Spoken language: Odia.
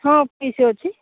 ହଁ ପିସ୍ ଅଛି